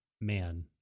man